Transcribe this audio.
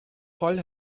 voll